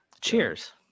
cheers